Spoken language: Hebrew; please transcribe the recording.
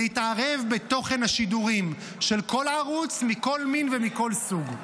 להתערב בתוכן השידורים של כל ערוץ מכל מין ומכל סוג.